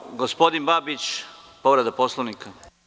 Reč ima gospodin Babić, povreda Poslovnika.